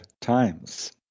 times